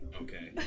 Okay